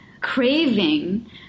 craving